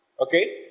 Okay